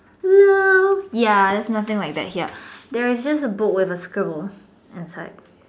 no ya there is nothing like that here there is just a book with a scribble inside